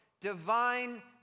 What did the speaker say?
divine